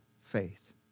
faith